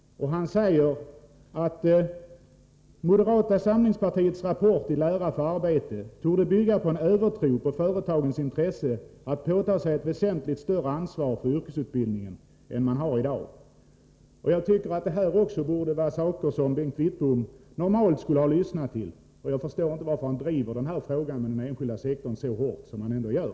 Han säger att moderata samlingspartiets rapport I lära för arbete torde bygga på en övertro på företagens intresse att påta sig ett väsentligt större ansvar för yrkesutbildningen än man har i dag. Jag tycker att detta borde vara sådant som Bengt Wittbom normalt skulle ha lyssnat till, och jag förstår inte varför han driver den här frågan om den enskilda sektorn så hårt som han ändå gör.